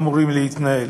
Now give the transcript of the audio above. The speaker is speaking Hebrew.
אמורות להתנהל.